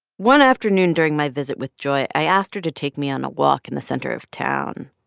one afternoon during my visit with joy, i asked her to take me on a walk in the center of town.